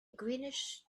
greenish